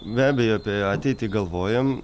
be abejo apie ateitį galvojam